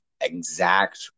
exact